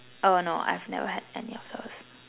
oh no I've never had any of those